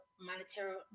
monetary